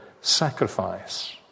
sacrifice